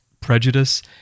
prejudice